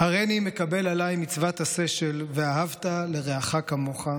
"הריני מקבל עליי מצוות עשה של 'ואהבת לרעך כמוך',